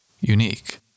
unique